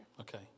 Okay